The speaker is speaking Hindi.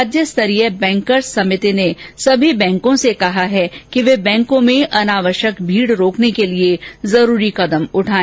राज्य स्तरीय बैंकर्स समिति ने सभी बैंकों से कहा है कि वे बैंकों में अनावश्यक भीड़ रोकने के लिए जरूरी कदम उठाए